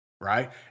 right